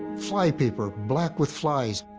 flypaper black with flies,